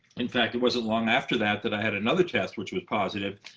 in fact, it wasn't long after that that i had another test which was positive,